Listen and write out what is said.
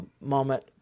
moment